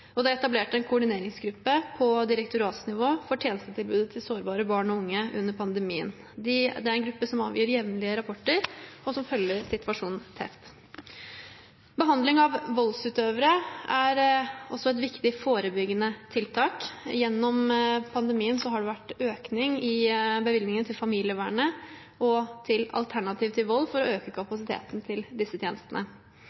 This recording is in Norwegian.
Det er etablert en koordineringsgruppe på direktoratsnivå for tjenestetilbudet til sårbare barn og unge under pandemien. Gruppen avgir jevnlige rapporter og følger situasjonen tett. Behandling av voldsutøvere er også et viktig forebyggende tiltak. Gjennom pandemien har det vært økning i bevilgningene til familievernet og til Alternativ til Vold for å øke